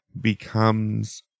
becomes